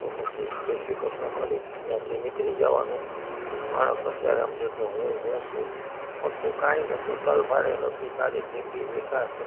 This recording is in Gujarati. તો પછી જયશ્રી કૃષ્ણ કરી ત્યાંથી નીકળી જવાનું માણસ અત્યારે સમજે કે હું હું છું પણ તું કંઈ નથી તલભારે નથી તારી જિંદગી બેકાર છે